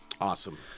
Awesome